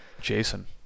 Jason